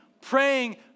praying